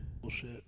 Bullshit